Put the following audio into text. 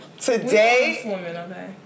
today